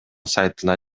сайтына